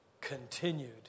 continued